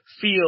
feel